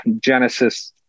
Genesis